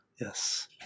Yes